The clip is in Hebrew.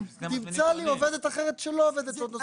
שאמצא לו עובדת אחרת שלא עובדת שעות נוספות.